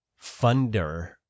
funder